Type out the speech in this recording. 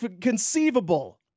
conceivable